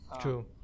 True